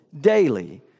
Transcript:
daily